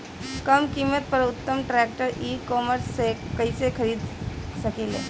कम कीमत पर उत्तम ट्रैक्टर ई कॉमर्स से कइसे खरीद सकिले?